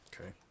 okay